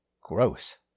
Gross